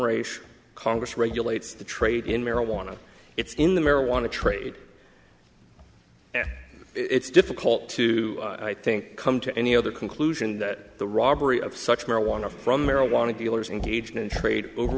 sure congress regulates the trade in marijuana it's in the marijuana trade it's difficult to i think come to any other conclusion that the robbery of such marijuana from marijuana dealers engage in trade over